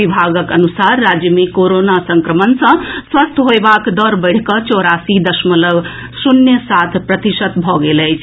विभागक अनुसार राज्य मे कोरोना संक्रमण सॅ स्वस्थ होयबाक दर बढ़ि कऽ चौरासी दशमलव शून्य सात प्रतिशत भऽ गेल अछि